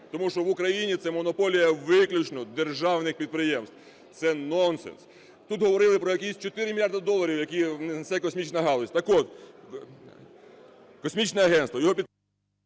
Тому що в Україні це монополія виключно державних підприємств. Це нонсенс! Тут говорили про якісь чотири мільярди доларів, які несе космічна галузь. Так от, космічне агентство, його… ГОЛОВУЮЧИЙ.